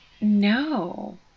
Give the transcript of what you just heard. No